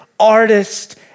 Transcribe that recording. artist